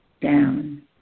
Down